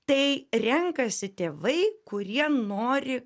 tai renkasi tėvai kurie nori